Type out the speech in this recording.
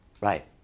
Right